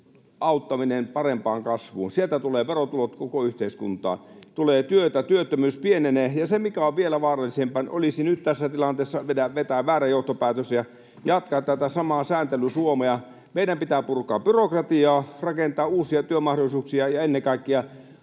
auttaminen parempaan kasvuun. Sieltä tulevat verotulot koko yhteiskuntaan, tulee työtä, työttömyys pienenee. Se, mikä on vielä vaarallisempaa, olisi nyt tässä tilanteessa vetää väärä johtopäätös ja jatkaa tätä samaa sääntely-Suomea. Meidän pitää purkaa byrokratiaa, rakentaa uusia työmahdollisuuksia ja ennen kaikkea